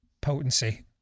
potency